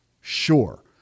sure